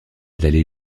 d’aller